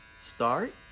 Start